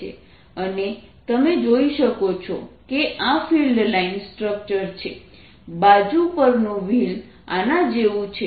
અને તમે જોઈ શકો છો કે આ ફિલ્ડ લાઇન સ્ટ્રક્ચર છે બાજુ પરનું વ્હીલ આના જેવું છે